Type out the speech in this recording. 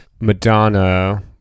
Madonna